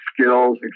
skills